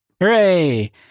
Hooray